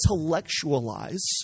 intellectualize